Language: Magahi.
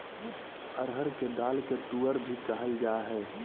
अरहर के दाल के तुअर भी कहल जाय हइ